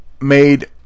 made